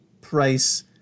price